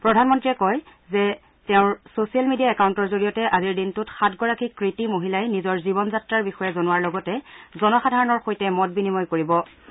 প্ৰধানমন্ত্ৰীয়ে কয় যে তেওঁৰ ছছিয়েল মিডিয়া একাউণ্টৰ জৰিয়তে আজিৰ দিনটোত সাতগৰাকী কৃতি মহিলাই নিজৰ জীৱন যাত্ৰাৰ বিষয়ে জনোৱাৰ লগতে জনসাধাৰণৰ সৈতে মত বিনিময় কৰাৰ সম্ভাবনা আছে